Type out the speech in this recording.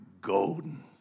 golden